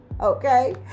okay